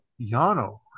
Yano